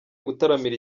gutaramira